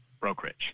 brokerage